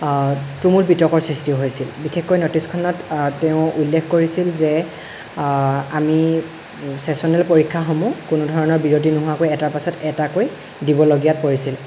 তুমুল বিতৰ্কৰ সৃষ্টি হৈছিল বিশেষকৈ ন'টিচখনত তেওঁ উল্লেখ কৰিছিল যে আমি ছেছনেল পৰীক্ষাসমূহ কোনো ধৰণৰ বিৰতি নোহোৱাকৈ এটাৰ পিছত এটাকৈ দিবলগীয়াত পৰিছিলোঁ